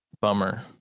Bummer